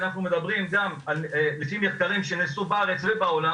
אנחנו מדברים גם לפי מחקרים שנעשו בארץ ובעולם.